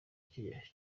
kenya